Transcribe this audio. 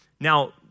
Now